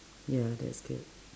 ya that's good